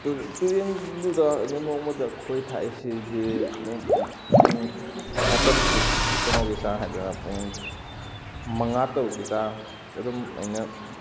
ꯇꯨꯔꯦꯟꯒꯤꯗꯨꯗ ꯑꯩꯅ ꯅꯣꯡꯃꯗ ꯈꯣꯏ ꯊꯥꯛꯏꯁꯤꯗꯤ ꯄꯨꯡ ꯃꯇꯝꯁꯤ ꯀꯩꯅꯣꯒꯤ ꯆꯥꯡ ꯍꯥꯏꯇꯔꯦ ꯄꯨꯡ ꯃꯉꯥ ꯇꯔꯨꯛꯀꯤ ꯆꯥꯡ ꯑꯗꯨꯝ ꯑꯩꯅ